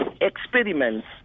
experiments